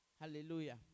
Hallelujah